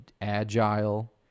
agile